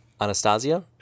Anastasia